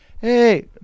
Hey